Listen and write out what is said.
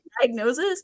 diagnosis